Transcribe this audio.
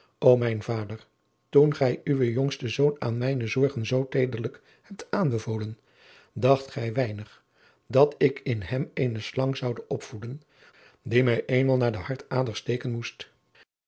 o mijn vader toen gij uwen jongsten zoon aan mijne zorgen zoo teederlijk hebt aanbevolen dacht gij weinig dat ik in hem eene slang zoude opvoeden die mij eenmaal naar de hartader steeken moest